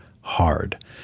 hard